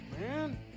man